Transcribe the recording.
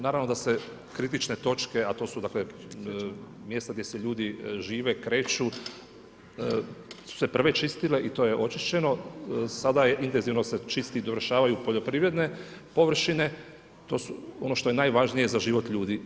Naravno da se kritične točke, a to su dakle mjesta gdje se ljudi žive, kreću su se prve čistile i to je očišćeno, sada intenzivno se čisti i dovršavaju poljoprivredne površine, ono što je najvažnije za život ljudi.